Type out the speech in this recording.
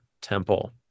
temple